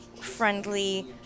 friendly